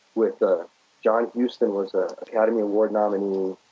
with ah john houston was ah an academy award nominee.